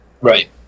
Right